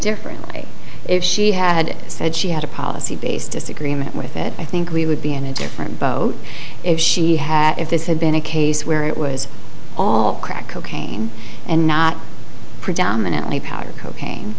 differently if she had said she had a policy based disagreement with it i think we would be in a different boat if she had if this had been a case where it was all crack cocaine and not predominantly powder cocaine